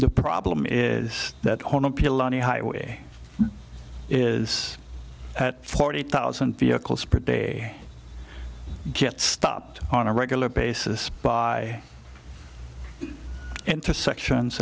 the problem is that on appeal on the highway is forty thousand vehicles per day get stopped on a regular basis by intersections